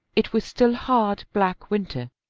it was still hard black winter,